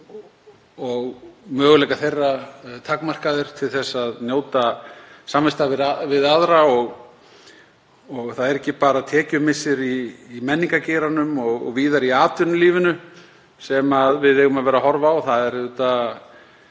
og möguleikar þeirra takmarkaðir til að njóta samvista við aðra. Það er ekki bara tekjumissir í menningargeiranum og víðar í atvinnulífinu sem við eigum að vera að horfa á, það eru